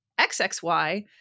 XXY